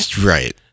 right